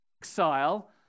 exile